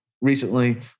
recently